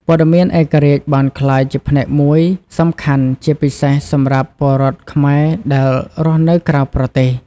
ព័ត៌មានឯករាជ្យបានក្លាយជាផ្នែកមួយសំខាន់ជាពិសេសសម្រាប់ពលរដ្ឋខ្មែរដែលរស់នៅក្រៅប្រទេស។